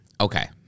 okay